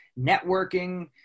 networking